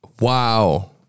wow